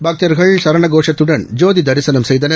பக்தர்கள் சரண கோஷத்துடன் ஜோதி தரிசனம் செய்தனர்